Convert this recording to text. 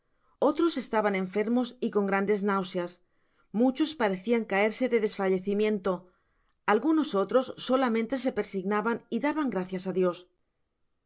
otros estaban enfermos y con grandes náuseas muchos parecian caerse de desfallecimiento algunos otros solamente se persignaban y daban gracias á dios